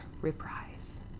reprise